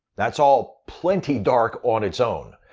that's all plenty dark on its own.